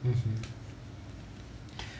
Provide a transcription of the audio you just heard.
mmhmm